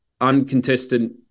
uncontested